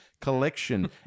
collection